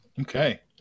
Okay